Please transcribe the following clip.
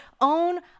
Own